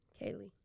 Kaylee